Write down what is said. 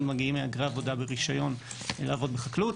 מגיעים מהגרי עבודה ברישיון לעבוד בחקלאות.